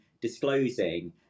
disclosing